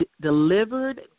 delivered